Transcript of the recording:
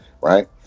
right